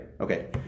okay